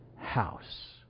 house